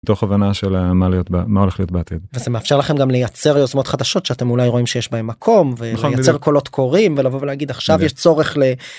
תוך הבנה של מה הולך להיות בעתיד. וזה מאפשר לכם גם לייצר יוזמות חדשות שאתם אולי רואים שיש בהם מקום, לייצר קולות קוראים ולבוא ולהגיד עכשיו יש צורך